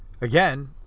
again